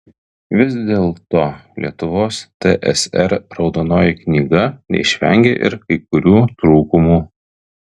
vis dėlto lietuvos tsr raudonoji knyga neišvengė ir kai kurių trūkumų